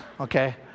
okay